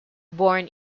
born